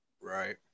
Right